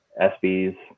SBs